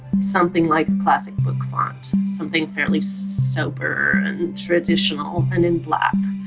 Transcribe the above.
something like a classic book font, something fairly sober and traditional and in black.